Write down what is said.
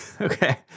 Okay